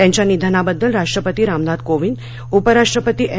त्यांच्या निधनाबद्दल राष्ट्रपती रामनाथ कोविंद उपराष्ट्रपती एम